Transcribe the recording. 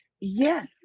Yes